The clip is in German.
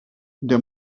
der